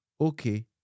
Okay